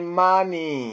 money